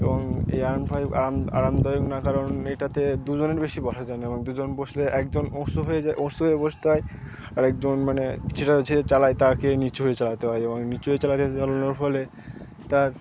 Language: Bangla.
এবং এই আয়রন ফাইভ আরাম আরামদায়ক না কারণ এটাতে দুজনের বেশি বসা যায় না এবং দুজন বসলে একজন উঁচু হয়ে যায় উঁচু হয়ে বসতে হয় আর একজন মানে চালায় তাকে নিচু হয়ে চালাতে হয় এবং নিচু হয়ে চালাতে চালানোর ফলে তার